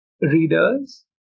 readers